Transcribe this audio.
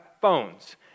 phones